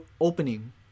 opening